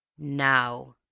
now,